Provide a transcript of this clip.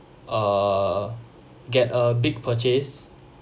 err get a big purchase